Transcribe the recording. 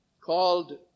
called